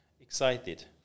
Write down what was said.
excited